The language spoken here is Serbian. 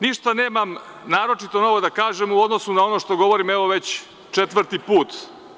Ništa nemam naročito novo da kažem u odnosu na ono što govorim već četvrti put.